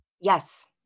Yes